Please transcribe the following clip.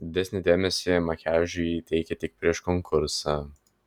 didesnį dėmesį makiažui ji teikė tik prieš konkursą